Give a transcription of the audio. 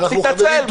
תתנצל,